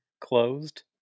closed